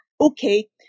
Okay